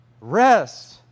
Rest